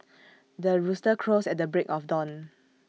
the rooster crows at the break of dawn